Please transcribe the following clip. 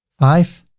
five.